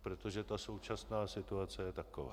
Protože současná situace je taková.